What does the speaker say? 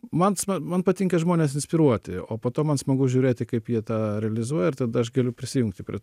man sma man patinka žmones inspiruoti o po to man smagu žiūrėti kaip jie tą realizuoja ir tada aš galiu prisijungti prie